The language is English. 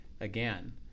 again